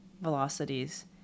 velocities